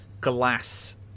glass